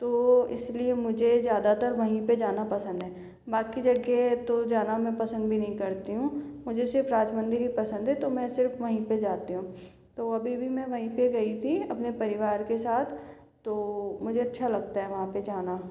तो इसलिए मुझे ज़्यादातर वहीं पर जाना पसंद है बाकी जगह तो जाना मैं पसंद ही नहीं करती हूँ मुझे सिर्फ राज मंदिर ही पसंद है तो मैं सिर्फ वहीँ पर जाती हूँ तो अभी भी मैं वहीं पर गई थी अपने परिवार के साथ तो मुझे अच्छा लगता है वहाँ पर जाना